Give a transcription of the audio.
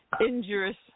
injurious